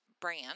brand